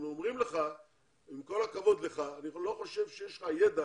עם כל הכבוד לך, אני לא חושב שיש לך ידע